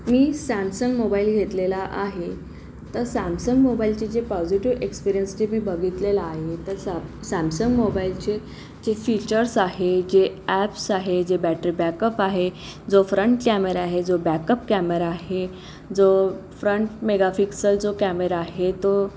मी Samsung mobile घेतलेला आहे तर सॅमसंग मोबाईलचे जे पॉझेटिव्ह एक्सपिरियंस जे मी बघितलेलं आहे तर स सॅमसंग मोबाईलचे जे फीचर्स आहे जे ॲप्स आहे जे बॅटरी बॅकअप आहे जो फ्रंट कॅमेरा आहे जो बॅकअप कॅमेरा आहे जो फ्रंट मेगाफिक्सल जो कॅमेरा आहे तो